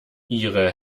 ihre